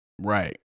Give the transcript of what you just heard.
Right